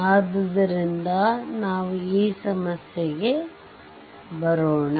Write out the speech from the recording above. ಆದ್ದರಿಂದ ನಾವು ಈ ಸಮಸ್ಯೆಗೆ ಬರೋಣ